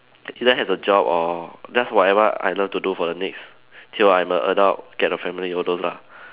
either has a job or just whatever I love to do for the next till I'm a adult get a family all those lah